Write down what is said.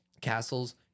castles